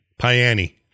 Piani